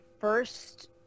first